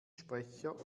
sprecher